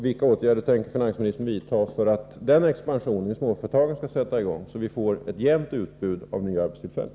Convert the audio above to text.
Vilka åtgärder tänker finansministern vidta för att expansionen i småföretagen skall sätta i gång, så att vi får ett jämnt utbud av nya arbetstillfällen?